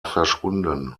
verschwunden